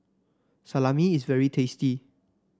salami is very tasty